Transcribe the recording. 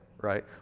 right